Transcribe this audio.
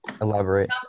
Elaborate